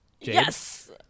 yes